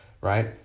Right